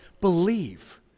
Believe